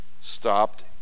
stopped